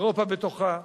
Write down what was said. אירופה בתוכה,